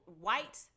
White